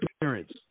parents